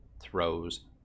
throws